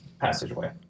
passageway